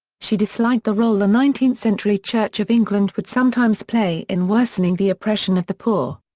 she disliked the role the nineteenth century church of england would sometimes play in worsening the oppression of the poor.